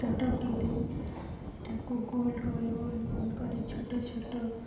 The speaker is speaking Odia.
ଛୋଟ କିି ଦେଇ ସେଇଟାକୁ ଗୋଲ ଗୋଲ୍ ଗୋଲ୍ ଗୋଲ୍ କରି ଛୋଟ ଛୋଟ